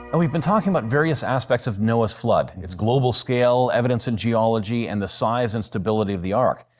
and we've been talking about various aspects of noah's flood it's global scale, evidence in geology, and the size and stability of the ark.